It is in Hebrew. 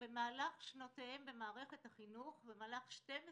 שבמהלך שנותיהם במערכת החינוך, במהלך 12 שנים,